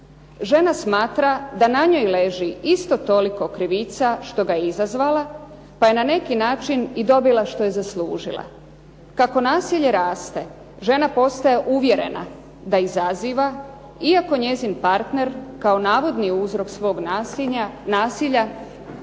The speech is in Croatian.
Žena smatra da na njoj leži isto toliko krivica što ga je izazvala, pa je na neki način i dobila što je zaslužila. Kako nasilje raste, žena postaje uvjerena da izaziva iako njezin partner kao navodni uzrok svog nasilja